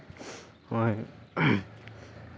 ᱦᱚᱸᱜᱼᱚᱭ